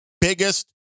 biggest